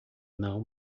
não